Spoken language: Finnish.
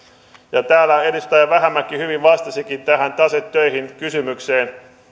edustaja vähämäki hyvin vastasikin tähän taseet töihin kysymykseen